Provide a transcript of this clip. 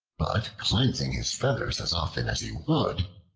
but cleansing his feathers as often as he would,